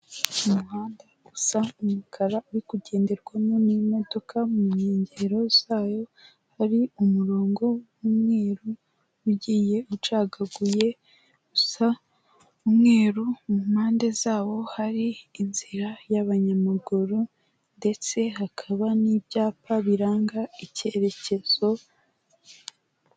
Umuhanda usa umukara uri kugenderwamo n'imodoka, mu nkengero zayo hari umurongo w'umweruru ugiye ucagaguye usa umweru, mu mpande zawo hari inzira y'abanyamaguru ndetse hakaba n'ibyapa biranga icyerekezo.